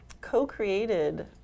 co-created